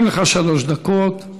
גם לך שלוש דקות.